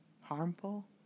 harmful